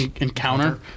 encounter